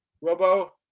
Robo